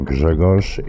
Grzegorz